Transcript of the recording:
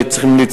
לאחר ההסלמה,